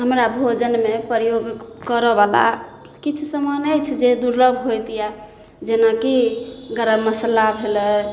हमरा भोजनमे प्रयोग करऽ बाला किछु समान अछि जे दुर्लभ होइत यऽ जेनाकि गरम मसल्ला भेलै